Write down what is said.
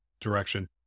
direction